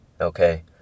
Okay